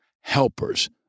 Helpers